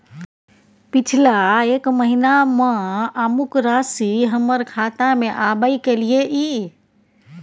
पिछला एक महीना म अमुक राशि हमर खाता में आबय कैलियै इ?